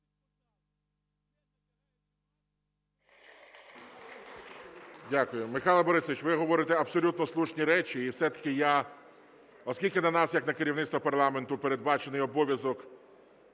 Дякую. Михайло Борисович, ви говорите абсолютно слушні речі. І все-таки я… Оскільки на нас як на керівництво парламенту передбачений обов'язок